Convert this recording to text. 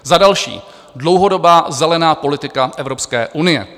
Za další, dlouhodobá zelená politika Evropské unie.